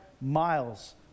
miles